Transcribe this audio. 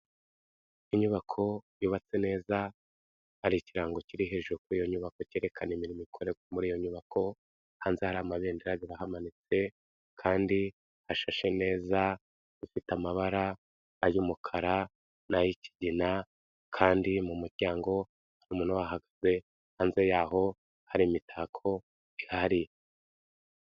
Inyubako yubatse neza hari ikirango kiri hejuru kuri iyo nyubako cyerekana imirimo ikorwa muri iyo nyubako, hanze hari amabendera biramanitse kandi hashashe neza, ifite amabara ay'umukara n'ay'ikigina, kandi mu muryango umuntu uhahagaze hanze yaho hari imitako ihari.